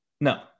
No